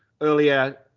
earlier